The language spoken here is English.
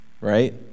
right